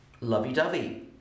lovey-dovey